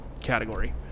category